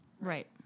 Right